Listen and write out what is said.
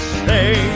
say